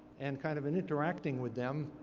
and kind of in interacting with them,